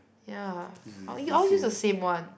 ya but we all use the same one